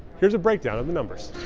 here's a breakdown of the numbers.